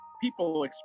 People